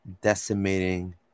decimating